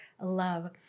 love